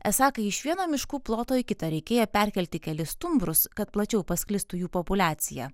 esą kai iš vieno miškų ploto į kitą reikėjo perkelti kelis stumbrus kad plačiau pasklistų jų populiacija